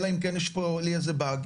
אלא אם כן יש פה איזה באג,